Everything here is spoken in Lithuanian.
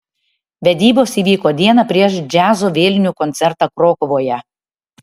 vedybos įvyko dieną prieš džiazo vėlinių koncertą krokuvoje